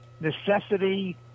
necessity